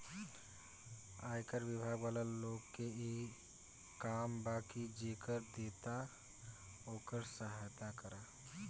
आयकर बिभाग वाला लोग के इ काम बा की जे कर देता ओकर सहायता करऽ